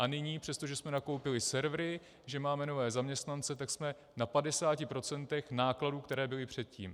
A nyní, přestože jsme nakoupili servery, že máme nové zaměstnance, tak jsme na 50 procentech nákladů, které byly předtím.